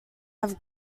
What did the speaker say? have